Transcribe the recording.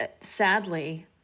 sadly